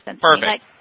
Perfect